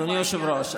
אדוני היושב-ראש,